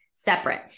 Separate